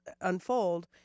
unfold